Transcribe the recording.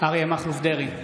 אריה מכלוף דרעי,